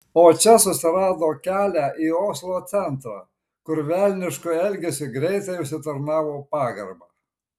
o čia susirado kelią į oslo centrą kur velnišku elgesiu greitai užsitarnavo pagarbą